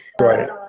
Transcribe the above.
Right